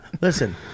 listen